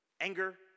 anger